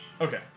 Okay